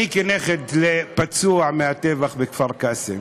אני, כנכד לפצוע מהטבח בכפר-קאסם